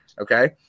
Okay